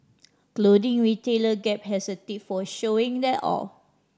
clothing retailer Gap has a tip for showing that off